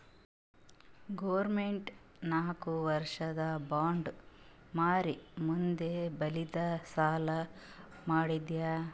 government ನಾಕ್ ವರ್ಷಿಂದ್ bond ಮಾರಿ ಮಂದಿ ಬಲ್ಲಿಂದ್ ಸಾಲಾ ಮಾಡ್ಯಾದ್